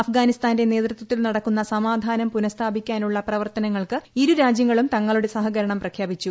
അഫ്ഗാനിസ്ഥാന്റെ നേതൃത്വത്തിൽ നടക്കുന്ന സമാധാനം പുനസ്ഥാപിക്കാനുള്ള പ്രവർത്തനങ്ങൾക്ക് ഇരുരാജ്യങ്ങളും തങ്ങളുടെ സഹകരണം പ്രഖ്യാപിച്ചു